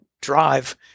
drive